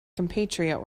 compatriot